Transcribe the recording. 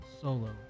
Solo